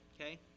okay